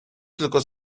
tylko